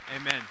Amen